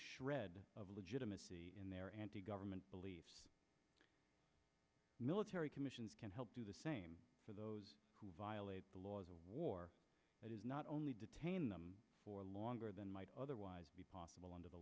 shred of legitimacy in their anti government believes military commissions can help do the same for those who violate the laws of war that is not only detain them for longer than might otherwise be possible under the